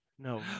No